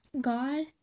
God